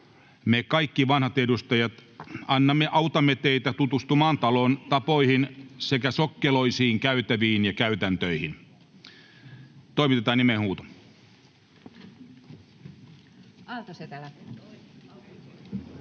Me kaikki vanhat edustajat autamme teitä tutustumaan talon tapoihin sekä sokkeloisiin käytäviin ja käytäntöihin. [Speech